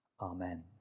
amen